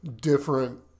different